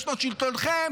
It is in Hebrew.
בשנות שלטונכם,